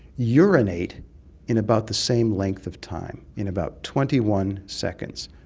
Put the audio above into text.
urinate in about the same length of time, in about twenty one seconds,